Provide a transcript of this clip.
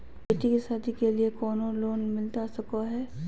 बेटी के सादी के लिए कोनो लोन मिलता सको है?